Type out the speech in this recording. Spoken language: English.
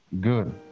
Good